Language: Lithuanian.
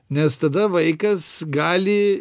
nes tada vaikas gali